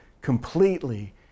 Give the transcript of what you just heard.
completely